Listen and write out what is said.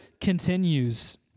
continues